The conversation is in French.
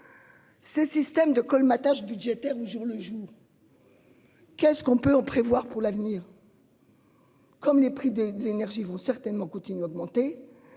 Ce système de colmatage budgétaire au jour le jour.-- Qu'est-ce qu'on peut-on prévoir pour l'avenir.-- Comme les prix de l'énergie vont certainement continuer augmenter.